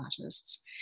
artists